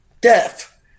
Death